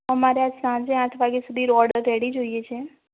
અમારે સાંજે આઠ વાગ્યા સુધી ઓર્ડર રેડી જોઈએ છે